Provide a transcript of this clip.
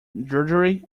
drudgery